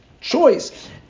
choice